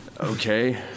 Okay